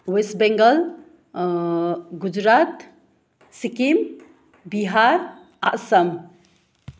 West Bengal Gujarat Sikkim Bihar Assam